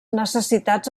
necessitats